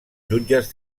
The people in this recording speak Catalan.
jutges